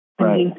Right